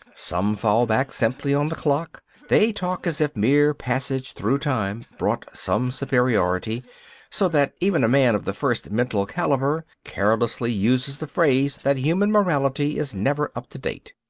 some fall back simply on the clock they talk as if mere passage through time brought some superiority so that even a man of the first mental calibre carelessly uses the phrase that human morality is never up to date.